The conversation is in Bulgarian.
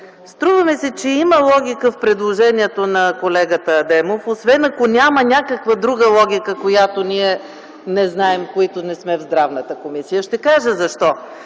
Струва ми се, че има логика в предложението на колегата Адемов, освен ако няма някаква друга логика, която ние не знаем – които не сме в Здравната комисия. Ще кажа защо.